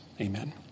Amen